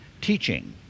teaching